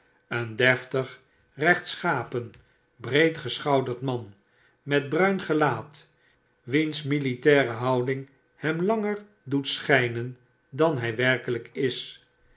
een deftig rechtschapen breedgeschouderd man met bruin geiaat wiens militaire houding hem langer doet schynen dan hy werkelyk is